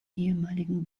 ehemaligen